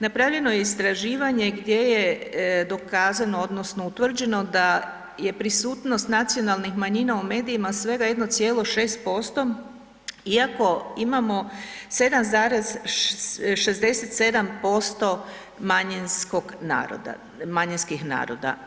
Napravljeno je istraživanje gdje je dokazano odnosno utvrđeno da je prisutnost nacionalnih manjina u medijima svega 1,6% iako imamo 7,67% manjinskog naroda, manjinskih naroda.